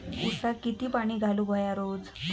ऊसाक किती पाणी घालूक व्हया रोज?